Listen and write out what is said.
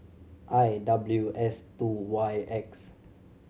I W S two Y X